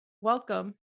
welcome